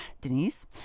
Denise